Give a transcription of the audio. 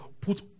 put